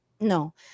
No